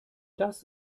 das